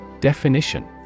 Definition